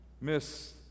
miss